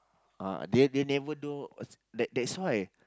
uh they they never do a that that's why